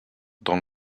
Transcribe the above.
dans